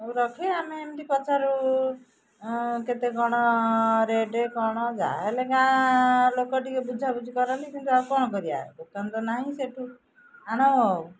ସବୁ ରଖେ ଆମେ ଏମିତି ପଚାରୁ କେତେ କ'ଣ ରେଟ୍ କ'ଣ ଯାହା ହେଲେ ଗାଁ ଲୋକ ଟିକେ ବୁଝାବୁଝି କରନ୍ତି କିନ୍ତୁ ଆଉ କ'ଣ କରିବା ଦୋକାନ ତ ନାହିଁ ସେଠୁ ଆଣ ଆଉ